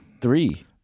three